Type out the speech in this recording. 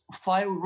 five